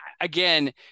again